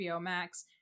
Max